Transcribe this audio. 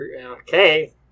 Okay